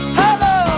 hello